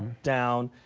down.